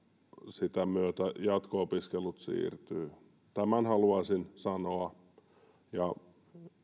sitä myötä jatko opiskelut siirtyvät tämän haluaisin sanoa